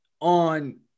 on